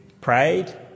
prayed